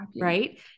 Right